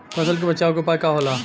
फसल के बचाव के उपाय का होला?